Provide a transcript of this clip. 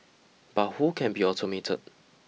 but who can be automated